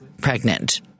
pregnant